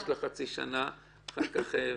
לאחר הארכתה"